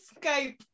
Skype